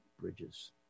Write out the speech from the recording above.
Bridges